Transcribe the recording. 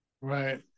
Right